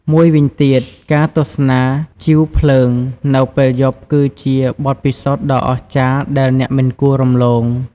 មួយវិញទៀត ការទស្សនាជីវភ្លើងនៅពេលយប់គឺជាបទពិសោធន៍ដ៏អស្ចារ្យដែលអ្នកមិនគួររំលង។